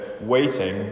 waiting